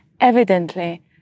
evidently